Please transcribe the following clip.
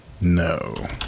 No